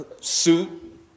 suit